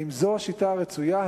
האם זו השיטה הרצויה,